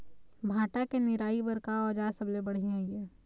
भांटा के निराई बर का औजार सबले बढ़िया ये?